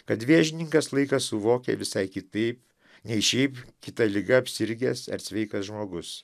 kad vėžininkas laiką suvokia visai kitaip nei šiaip kita liga apsirgęs ir sveikas žmogus